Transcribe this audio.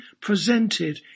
presented